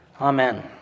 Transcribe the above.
Amen